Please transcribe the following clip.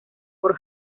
por